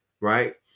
right